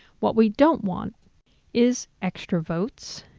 what we don't want is extra votes,